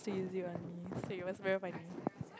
tease you only he was very funny